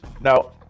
Now